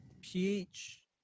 pH